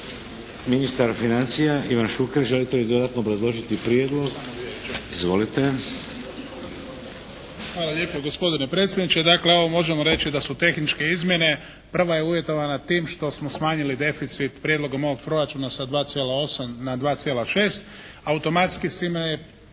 Ministar financija Ivan Šuker, želite li dodatno obrazložiti prijedlog? Izvolite. **Šuker, Ivan (HDZ)** Hvala lijepo gospodine predsjedniče. Dakle ovo možemo reći da su tehničke izmjene, prva je uvjetovana tim što smo smanjili deficit prijedlogom ovog proračuna sa 2,8 na 2,6 automatski s time je